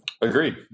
Agreed